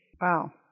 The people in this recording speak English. Wow